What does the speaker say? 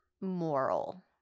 moral